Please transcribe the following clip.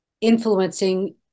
influencing